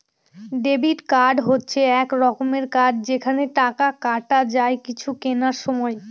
debit card হচ্ছে এক রকমের কার্ড যেখানে টাকা কাটা যায় কিছু কেনার সময়